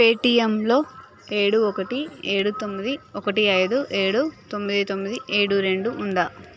పేటిఎమ్లో ఏడు ఒకటి ఏడు తొమ్మిది ఒకటి ఐదు ఏడు తొమ్మిది తొమ్మిది ఏడు రెండు ఉందా